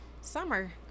summer